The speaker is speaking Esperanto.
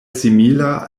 simila